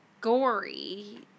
gory